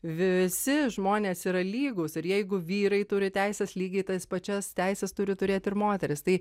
visi žmonės yra lygūs ir jeigu vyrai turi teises lygiai tas pačias teises turi turėt ir moterys tai